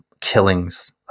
killings